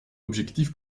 objectif